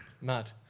mad